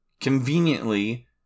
Conveniently